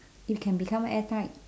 it can become airtight